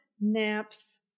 naps